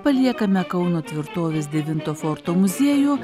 paliekame kauno tvirtovės devinto forto muziejų